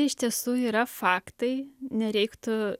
iš tiesų yra faktai nereiktų